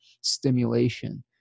stimulation